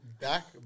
Back